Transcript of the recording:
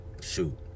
shoot